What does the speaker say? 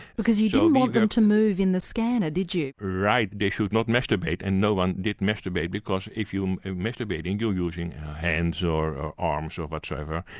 because you didn't want them to move in the scanner did you? right, they should not masturbate and no one did masturbate because if you are masturbating you're using your hands or arms of whatsoever.